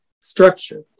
structure